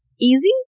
easy